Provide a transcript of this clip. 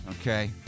Okay